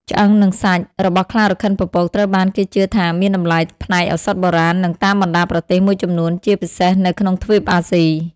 ឆ្អឹង និងសាច់ របស់ខ្លារខិនពពកត្រូវបានគេជឿថាមាន តម្លៃផ្នែកឱសថបុរាណ នៅតាមបណ្តាប្រទេសមួយចំនួន ជាពិសេសនៅក្នុងទ្វីបអាស៊ី។